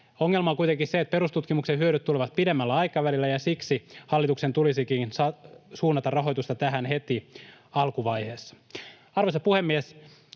Ongelma on kuitenkin se, että perustutkimuksen hyödyt tulevat pidemmällä aikavälillä, ja siksi hallituksen tulisikin suunnata rahoitusta tähän heti alkuvaiheessa. Arvoisa puhemies!